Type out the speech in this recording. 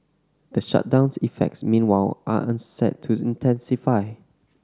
the shutdown's effects meanwhile are set to intensify